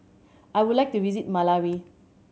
I would like to visit Malawi